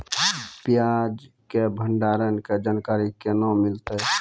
प्याज के भंडारण के जानकारी केना मिलतै?